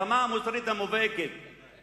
ברמה המוסרית המובהקת,